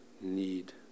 need